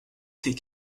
fait